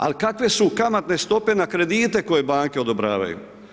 Ali kakve su kamatne stope na kredite koje banke odobravaju?